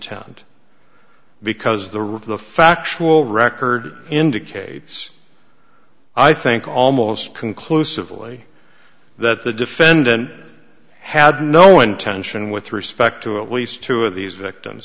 tent because the root of the factual record indicates i think almost conclusively that the defendant had no intention with respect to at least two of these victims